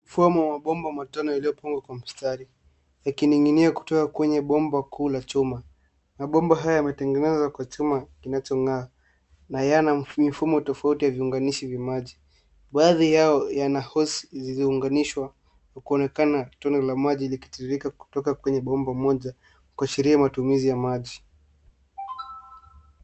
Mfumo wa mabomba wa matone iliopangwa kwa mstari, yakininginia kutoa kwenye bomba kuu la chuma. Mabomba haya yametengnezwa kwa chuma kinacho ng'aa, na yana mifumo tofauti ya viunganishi vya maji. Baadhi yao yana hosi zilizounganishwa, kuonekana tone la maji ilikitirika kutoka kwenye bomba moja kuashiria matumizi ya maji.